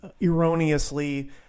erroneously